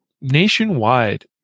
nationwide